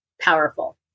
powerful